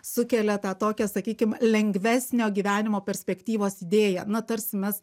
sukelia tą tokią sakykim lengvesnio gyvenimo perspektyvos idėją na tarsi mes